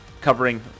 covering